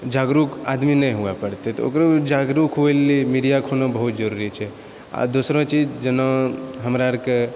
जागरूक आदमी नहि हुवऽ पड़तै तऽ ओकरो जागरूक हुवै लेल मीडिआके होना बहुत जरुरी छै आ दोसरो चीज जेना हमरा आरके